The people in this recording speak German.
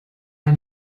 ein